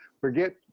forget